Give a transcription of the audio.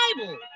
Bible